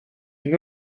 une